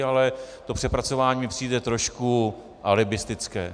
Ale to přepracování mi přijde jako trošku alibistické.